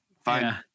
fine